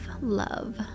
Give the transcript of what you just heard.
love